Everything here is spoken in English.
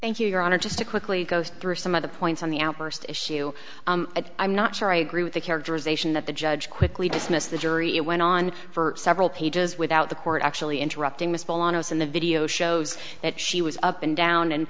thank you your honor just to quickly go through some of the points on the outburst issue i'm not sure i agree with the characterization that the judge quickly dismissed the jury it went on for several pages without the court actually interrupting ms bolanos in the video shows that she was up and down and